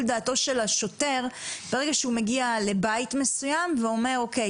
דעתו של השוטר ברגע שהוא מגיע לבית מסוים ואומר: אוקיי,